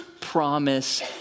promise